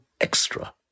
extra